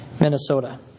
Minnesota